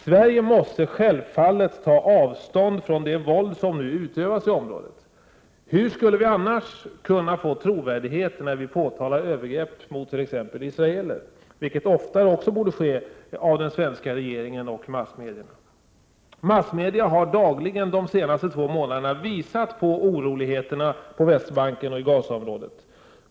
Sverige måste självfallet ta avstånd från det våld som nu utövas i området. Hur skulle vi annars kunna få trovärdighet, när vi påtalar övergrepp mot t.ex. israeler — vilket oftare borde ske från den svenska regeringens och från massmedias sida? Massmedia har dagligen under de senaste två månaderna visat på oroligheterna på Västbanken och i Gazaområdet.